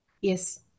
Yes